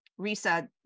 RISA